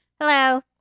Hello